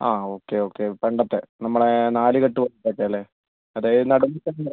ആ okay okay പണ്ടത്തെ ന മ്മുടെ നാലുകെട്ട് പോലത്തെ അല്ലേ അതായത് നടുമുറ്റം ഉള്ളത്